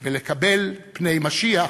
ולקבל פני משיח,